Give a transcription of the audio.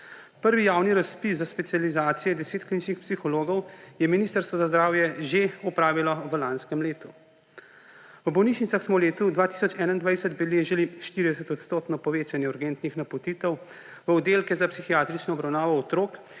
Prvi javni razpis za specializacije 10 kliničnih psihologov je Ministrstvo za zdravje že opravilo v lanskem letu. V bolnišnicah smo v letu 2021 beležili 40-odstotno povečanje urgentnih napotitev v oddelek za psihiatrično obravnavo otrok